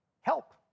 help